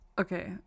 okay